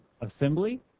assembly